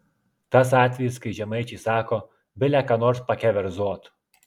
tas atvejis kai žemaičiai sako bile ką nors pakeverzot